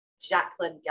Jacqueline